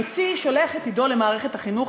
שולח את עידו למערכת החינוך,